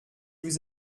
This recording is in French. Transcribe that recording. vous